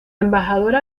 embajadora